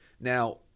Now